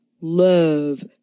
love